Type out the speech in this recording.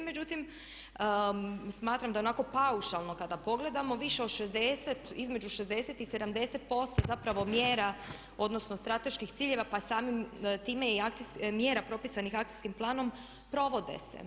Međutim, smatram da onako paušalno kada pogledamo više od 60, između 60 i 70% zapravo mjera odnosno strateških ciljeva, pa samim time i mjera propisanih akcijskim planom provode se.